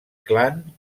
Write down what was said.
clan